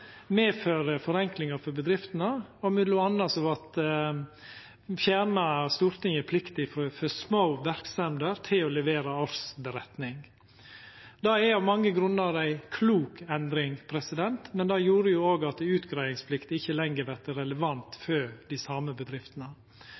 fjerna m.a. plikta for små verksemder til å levera årsmelding. Det er av mange grunnar ei klok endring, men det gjorde òg at utgreiingsplikta ikkje lenger vert relevant